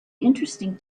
interesting